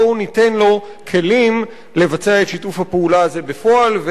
בואו ניתן לו כלים לבצע את שיתוף הפעולה הזה בפועל.